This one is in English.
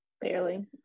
barely